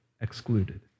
excluded